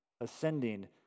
Ascending